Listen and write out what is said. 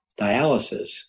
dialysis